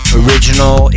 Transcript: original